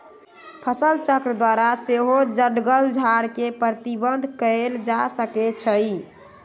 फसलचक्र द्वारा सेहो जङगल झार के प्रबंधित कएल जा सकै छइ